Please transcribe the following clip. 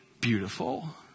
beautiful